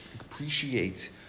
appreciate